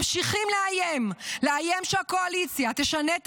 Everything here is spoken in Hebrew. ממשיכים לאיים: לאיים שהקואליציה תשנה את